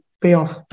payoff